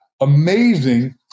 amazing